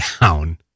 down